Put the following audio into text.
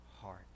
heart